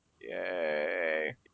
Yay